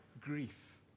grief